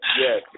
yes